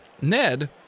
Ned